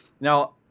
now